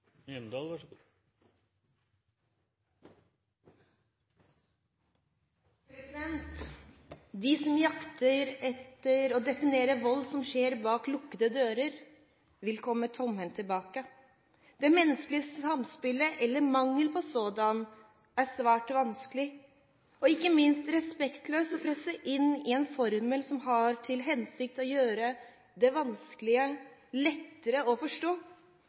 De som jakter etter å definere vold som skjer bak lukkede dører, vil komme tomhendte tilbake. Det menneskelige samspillet, eller mangel på sådan, er svært vanskelig og ikke minst respektløst å presse inn i en formel som har til hensikt å gjøre det vanskelige lettere å forstå.